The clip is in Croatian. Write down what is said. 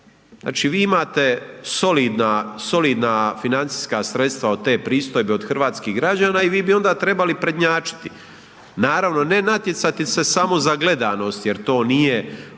znači vi imate solidna financijska sredstva od te pristojbe od hrvatskih građana i vi bi onda trebali prednjačiti. Naravno, ne natjecati se samo za gledanost jer to nije